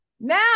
now